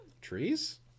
Trees